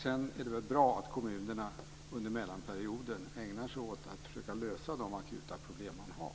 Sedan är det väl bra att kommunerna under mellanperioden ägnar sig åt att försöka lösa de akuta problem man har.